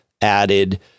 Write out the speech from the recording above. added